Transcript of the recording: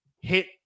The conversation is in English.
hit